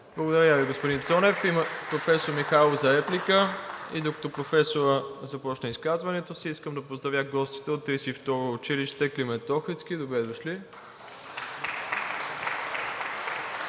Благодаря Ви, господин Цонев. Професор Михайлов за реплика. Докато професорът започне изказването си, искам да поздравя гостите от 32 училище „Климент Охридски“. Добре дошли!